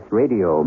radio